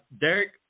Derek